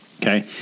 Okay